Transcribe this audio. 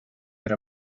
era